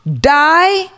die